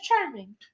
charming